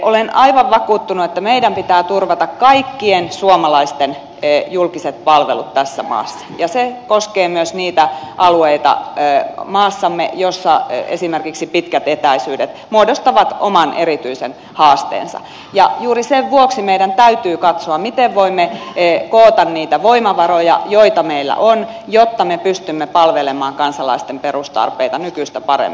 olen aivan vakuuttunut että meidän pitää turvata kaikkien suomalaisten julkiset palvelut tässä maassa ja se koskee myös niitä alueita maassamme missä esimerkiksi pitkät etäisyydet muodostavat oman erityisen haasteensa ja juuri sen vuoksi meidän täytyy katsoa miten voimme koota niitä voimavaroja joita meillä on jotta me pystymme palvelemaan kansalaisten perustarpeita nykyistä paremmin